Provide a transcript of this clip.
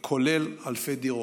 וכולל אלפי דירות.